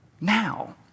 now